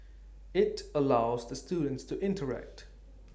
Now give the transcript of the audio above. IT allows the students to interact